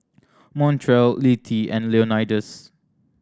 Montrell Littie and Leonidas